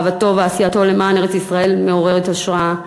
אהבתו ועשייתו למען ארץ-ישראל מעוררות השראה,